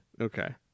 Okay